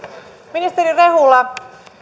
ministeri rehula